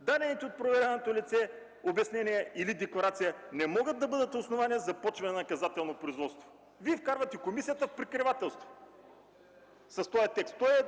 „дадените от проверяваното лице обяснения или декларация не могат да бъдат основание за започване на наказателно производство”? Вие вкарвате комисията в прикривателство с този текст. Той е